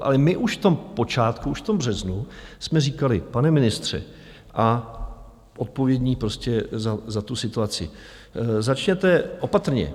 Ale my už v tom počátku, už v tom březnu, jsme říkali, pane ministře a odpovědní za tu situaci, začněte opatrně.